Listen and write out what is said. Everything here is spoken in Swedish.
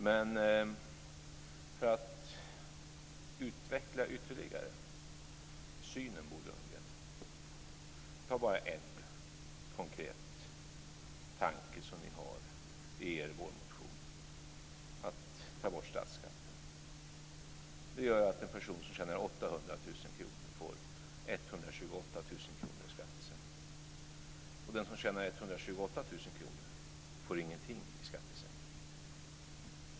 Men, Bo Lundgren, för att ytterligare utveckla synen kan jag ta upp en konkret tanke som ni har i er vårmotion: att man ska ta bort statsskatten. Det gör att en person som tjänar 800 000 kr får 128 000 kr i skattesänkning. Den som tjänar 128 000 kr får ingenting i skattesänkning.